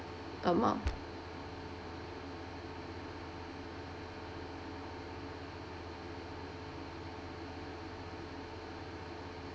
amount